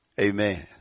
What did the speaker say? Amen